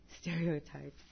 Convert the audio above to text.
stereotypes